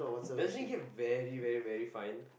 doesn't it get very very very fine